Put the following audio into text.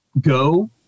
go